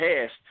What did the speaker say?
past –